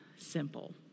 simple